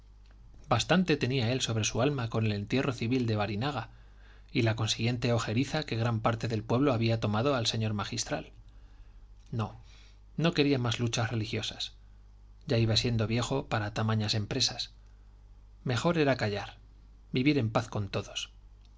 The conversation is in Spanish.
bastante tenía él sobre su alma con el entierro civil de barinaga y la consiguiente ojeriza que gran parte del pueblo había tomado al señor magistral no no quería más luchas religiosas ya iba siendo viejo para tamañas empresas mejor era callar vivir en paz con todos la